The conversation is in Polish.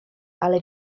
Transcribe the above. ale